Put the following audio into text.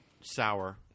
sour